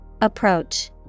Approach